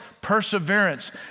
perseverance